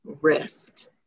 rest